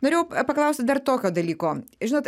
norėjau paklausti dar tokio dalyko žinot